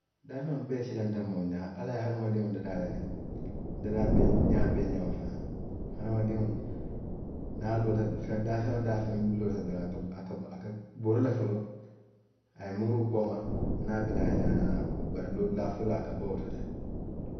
Daafeŋo bee silata moo ñaa, ala ye hamadiŋo dadaa le, dadaa le ñaa bee ñaama fanaŋ hamadiŋo niŋ a loota daafeŋ woo daafeŋ miŋ loota doroŋ a ka a ka bori foloo, a ye muruu kooma, niŋ a bi naa a ye naa naŋ bari loo dulaa foloo, a ka bo wo to le.